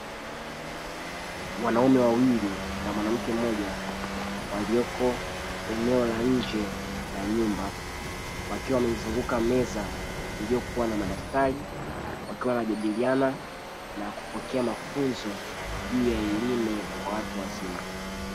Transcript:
Wanaume wawili na mwanamke mmoja walioko eneo la nje la nyumba, wakiwa wameizunguka meza iliyokuwa na madaftari wakiwa wanajadiliana na kupokea mafunzo juu ya elimu kwa watu wazima.